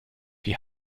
wir